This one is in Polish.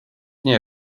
nie